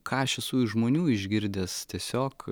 ką aš esu iš žmonių išgirdęs tiesiog